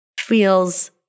feels